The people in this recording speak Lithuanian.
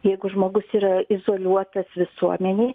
jeigu žmogus yra izoliuotas visuomenėj